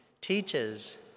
teaches